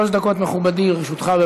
שלוש דקות, מכובדי, לרשותך.